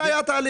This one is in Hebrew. זה היה התהליך.